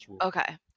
Okay